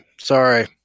Sorry